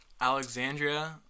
Alexandria